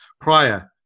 prior